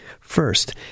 First